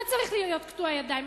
לא צריך להיות קטועי ידיים,